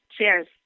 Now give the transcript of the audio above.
Cheers